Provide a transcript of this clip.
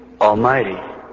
almighty